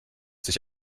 sich